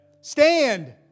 Stand